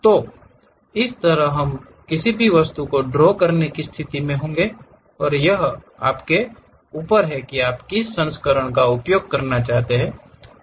तो इस पर हम किसी भी वस्तु को ड्रॉ करने की स्थिति में होंगे और यह आपके ऊपर है कि आप किस संस्करण का उपयोग करना चाहते हैं